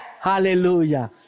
Hallelujah